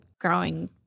growing